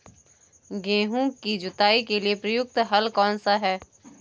गेहूँ की जुताई के लिए प्रयुक्त हल कौनसा है?